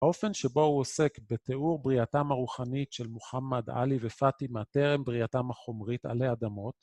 האופן שבו הוא עוסק בתיאור בריאתם הרוחנית של מוחמד עלי ופטימה, תרם בריאתם החומרית עלי אדמות.